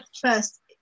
first